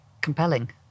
Compelling